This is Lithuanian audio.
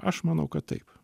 aš manau kad taip